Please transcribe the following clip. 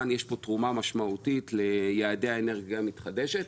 שיש פה תרומה משמעותית ליעדי האנרגיה המתחדשת,